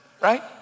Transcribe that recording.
right